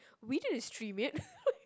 we didn't stream it